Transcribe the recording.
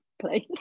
place